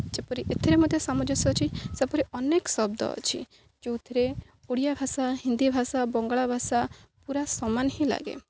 ଯେପରି ଏଥିରେ ମଧ୍ୟ ସାମଞସ ଅଛି ସେପରି ଅନେକ ଶବ୍ଦ ଅଛି ଯେଉଁଥିରେ ଓଡ଼ିଆ ଭାଷା ହିନ୍ଦୀ ଭାଷା ବଙ୍ଗଳା ଭାଷା ପୁରା ସମାନ ହିଁ ଲାଗେ